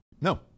No